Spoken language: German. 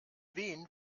wen